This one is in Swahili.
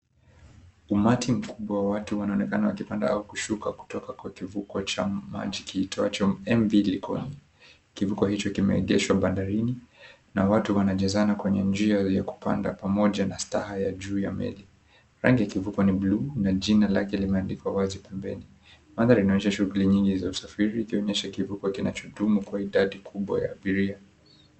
Umati mkubwa wa watu wanaoekana wakipanda au kushuka kutoka kwa kivuko cha maji kiitwacho MV Likoni. Kivuko hicho kimeegeshwa bandarini na watu wanajazana kwenye njia ya kupanda pamoja na staha ya juu ya meli. Rangi ya kivuko ni bluu na jina lake limeandikwa wazi pembeni. Mandhari inaonyesha shughuli nyingi za usafiri ikionesha kivuko kinachodumu kwa idadi kubwa ya abiria.